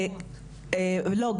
לא,